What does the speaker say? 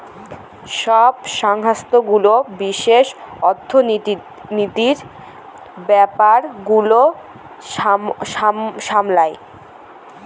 সব সংস্থাগুলো বিশেষ অর্থনীতির ব্যাপার গুলো সামলায়